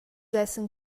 essan